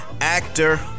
actor